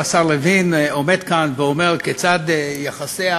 השר לוין עומד כאן ואומר כיצד יחסיה